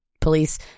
police